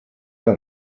have